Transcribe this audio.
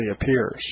appears